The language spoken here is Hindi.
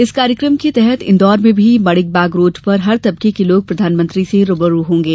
इस कार्यक्रम के तहत इंदौर में भी माणिक बाग रोड पर हर तबके के लोग प्रधानमंत्री से रूबरू होगें